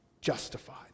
Justified